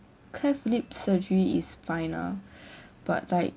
cleft lip surgery is fine lah but like